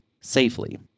safely